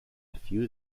few